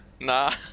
Nah